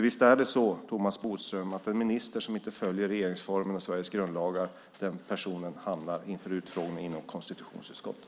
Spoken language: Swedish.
Visst är det så, Thomas Bodström, att en minister som inte följer regeringsformen och Sveriges grundlagar hamnar i utfrågning inför konstitutionsutskottet?